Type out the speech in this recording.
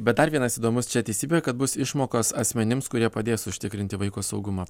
bet dar vienas įdomus čia teisybė kad bus išmokos asmenims kurie padės užtikrinti vaiko saugumą